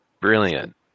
brilliant